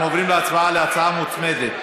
אנחנו עוברים להצבעה על הצעה מוצמדת,